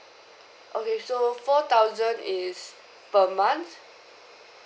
okay so four thousand is per month